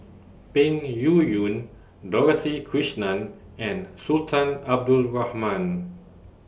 Peng Yuyun Dorothy Krishnan and Sultan Abdul Rahman